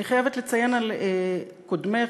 אני חייבת לציין לגבי קודמך,